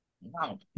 Wow